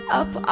up